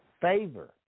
favor